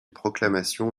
proclamation